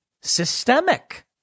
systemic